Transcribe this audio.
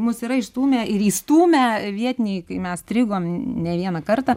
mus yra išstūmę ir įstūmę vietiniai kai mes strigom ne vieną kartą